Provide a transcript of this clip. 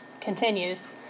continues